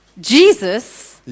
Jesus